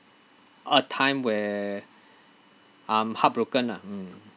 a time where I'm heartbroken ah mm